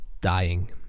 dying